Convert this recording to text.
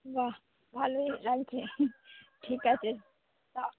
বাহ ভালোই লাগছে ঠিক আছে দাও